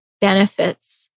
benefits